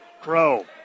Crow